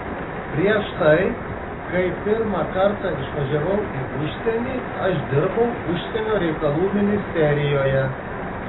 prieš tai kai pirmą kartą išvažiavau į užsienį aš dirbau užsienio reikalų ministerijoje